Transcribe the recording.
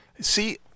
See